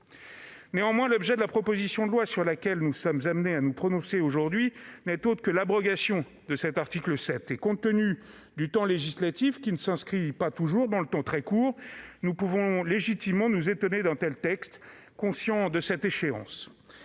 Néanmoins, l'objet de la proposition de loi sur laquelle nous sommes amenés à nous prononcer aujourd'hui n'est autre que l'abrogation de cet article 7. Alors que le temps législatif ne s'inscrit pas toujours dans le temps très court, nous pouvons légitimement nous étonner d'un tel texte, conscients de cette échéance.